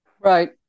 Right